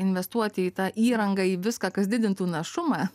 investuoti į tą įrangą į viską kas didintų našumą